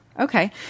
Okay